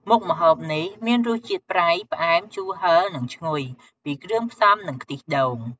មុខម្ហូបនេះមានរសជាតិ ប្រៃ ផ្អែម ជូរ ហឹរ និងឈ្ងុយ ពីគ្រឿងផ្សំ និងខ្ទិះដូង។